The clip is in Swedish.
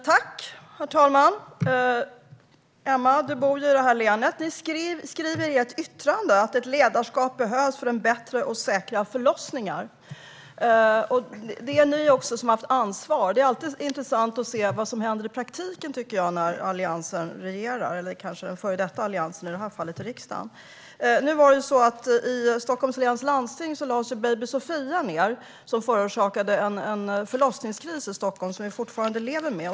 Herr talman! Emma! Du bor ju här i länet. Ni skriver i ert yttrande att ett ledarskap behövs för bättre och säkrare förlossningar. Det är ju också ni som har haft ansvaret. Det är alltid intressant att se vad som händer i praktiken när Alliansen, eller kanske före detta Alliansen, regerar i riksdagen. I Stockholms läns landsting lades ju BB Sophia ned, vilket förorsakade en förlossningskris i Stockholm som vi fortfarande lever med.